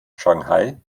shanghai